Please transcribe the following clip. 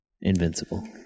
Invincible